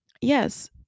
yes